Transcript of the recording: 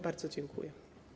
Bardzo dziękuję.